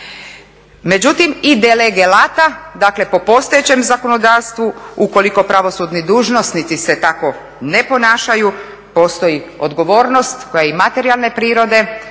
Međutim, i de lege lata, dakle po postojećem zakonodavstvu ukoliko pravosudni dužnosnici se tako ne ponašaju, postoji odgovornost koja je i materijalne prirode